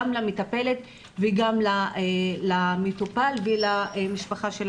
גם למטפלת וגם למטופל ולמשפחתו.